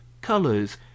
colors